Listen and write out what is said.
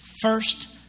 first